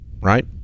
right